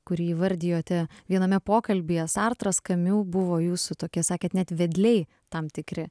kurį įvardijote viename pokalbyje sartras kamiu buvo jūsų tokie sakėt net vedliai tam tikri